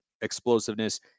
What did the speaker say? explosiveness